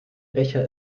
becher